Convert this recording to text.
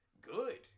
good